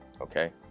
okay